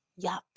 yuck